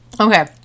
Okay